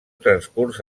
transcurs